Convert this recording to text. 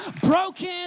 broken